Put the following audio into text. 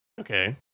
Okay